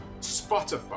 Spotify